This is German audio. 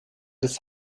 des